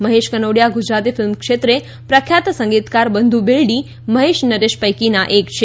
Mahesh Kanodia Gujarati film ક્ષેત્રે પ્રખ્યાત સંગીતકાર બન્ધુ બેલડી મહેશ નરેશ પૈકીના એક છે